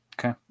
Okay